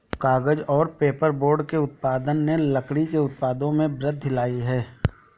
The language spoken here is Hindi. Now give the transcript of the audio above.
कागज़ और पेपरबोर्ड के उत्पादन ने लकड़ी के उत्पादों में वृद्धि लायी है